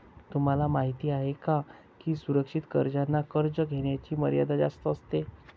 तुम्हाला माहिती आहे का की सुरक्षित कर्जांना कर्ज घेण्याची मर्यादा जास्त असते